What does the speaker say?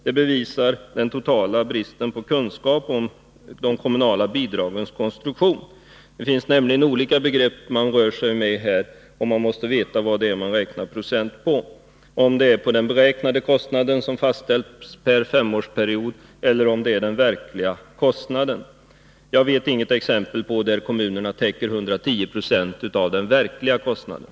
Detta bevisar den totala bristen på kunskap om de kommunala bidragens konstruktion. Man rör sig nämligen här med olika begrepp, och man måste veta vad man räknar procent på — om det är på den beräknade kostnaden som fastställs per femårsperiod eller om det är på den verkliga kostnaden. Jag känner inte till något exempel, där kommunen täcker 110 26 av den verkliga kostnaden.